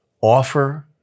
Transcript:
offer